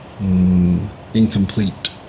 incomplete